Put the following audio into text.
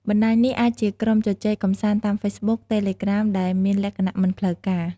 បណ្ដាញនោះអាចជាក្រុមជជែកកម្សាន្តតាមហ្វេសប៊ុក តេឡេក្រាមដែលមានលក្ខណៈមិនផ្លូវការ។